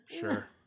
Sure